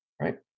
right